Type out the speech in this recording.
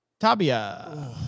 Tabia